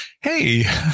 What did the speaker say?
Hey